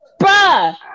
Bruh